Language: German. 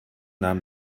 nahm